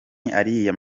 ariya